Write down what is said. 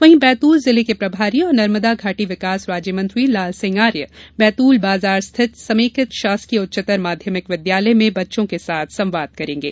वहीं बैतूल जिले के प्रभारी और नर्मदा घाटी विकास राज्यमंत्री लालसिंह आर्य बैतूल बाजार स्थित समेकित शासकीय उच्चतर माध्यमिक विद्यालय में बच्चों के साथ संवाद करेंगे